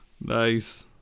Nice